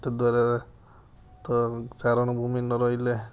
ଏତେ ଦ୍ଵାରା ତ ଚାରଣ ଭୂମି ନ ରହିଲେ